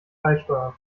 beisteuern